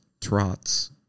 Trots